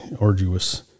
arduous